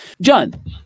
John